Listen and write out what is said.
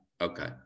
Okay